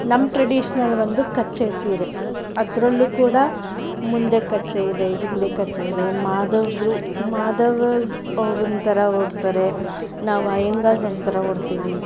ನಮ್ಮ ಟ್ರೆಡಿಷ್ನಲ್ ಬಂದು ಕಚ್ಚೆ ಸೀರೆ ಅದರಲ್ಲೂ ಕೂಡ ಮುಂದೆ ಕಚ್ಚೆ ಇದೆ ಹಿಂದೆ ಕಚ್ಚೆ ಇದೆ ಮಾಧವದ್ರು ಮಾಧವರು ಒಂಥರ ಉಡ್ತಾರೆ ನಾವು ಅಯ್ಯಂಗಾರು ಒಂಥರ ಉಡ್ತೀವಿ